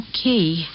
Okay